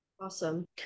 Awesome